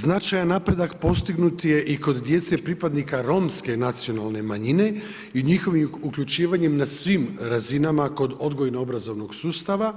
Značajan napredak postignut je i kod djece pripadnika romske nacionalne manjine i njihovim uključivanjem na svim razinama kod odgojno-obrazovnog sustava,